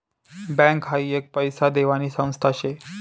bank हाई एक पैसा देवानी संस्था शे